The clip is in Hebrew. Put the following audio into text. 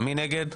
מי נגד?